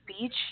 beach